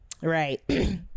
right